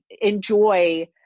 enjoy